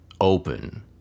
open